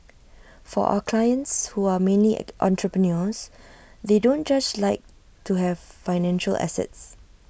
for our clients who are mainly entrepreneurs they don't just like to have financial assets